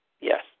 Yes